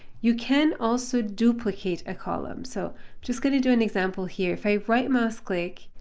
you can also duplicate a column. so just going to do an example here, if i right mouse click,